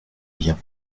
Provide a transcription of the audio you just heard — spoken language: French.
bien